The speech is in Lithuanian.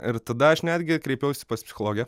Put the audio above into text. ir tada aš netgi kreipiausi pas psichologę